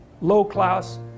low-class